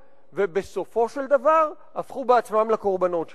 ובסופו של דבר הפכו בעצמם לקורבנות שלהם.